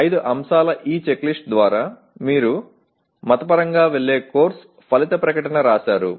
5 అంశాల ఈ చెక్లిస్ట్ ద్వారా మీరు మతపరంగా వెళ్ళే కోర్సు ఫలిత ప్రకటన రాశారు